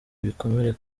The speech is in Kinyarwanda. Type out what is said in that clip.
ibikomere